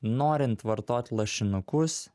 norint vartot lašinukus